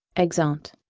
exeunt